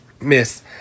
Miss